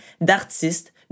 d'artistes